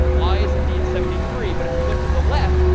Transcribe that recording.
i is indeed seventy three, but if we look to the left,